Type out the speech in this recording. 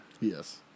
Yes